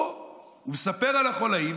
פה הוא מספר על החוליים,